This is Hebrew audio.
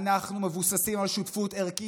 אנחנו מבוססים על שותפות ערכית.